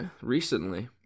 recently